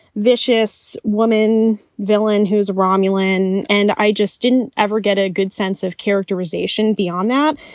vicious woman villain whose romulan. and i just didn't ever get a good sense of characterisation beyond that.